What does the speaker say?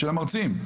של המרצים.